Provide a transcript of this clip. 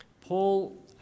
Paul